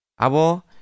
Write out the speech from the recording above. Abo